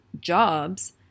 jobs